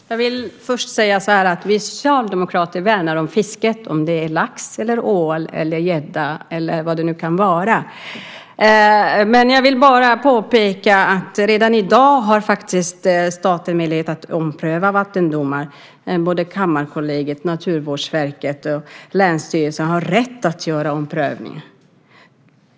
Herr talman! Jag vill först säga att vi socialdemokrater värnar om fisket antingen det gäller lax, ål, gädda eller vad det nu kan vara. Sedan vill jag bara påpeka att redan i dag har staten möjlighet att ompröva vattendomar. Både Kammarkollegiet, Naturvårdsverket och länsstyrelserna har rätt att göra omprövningar.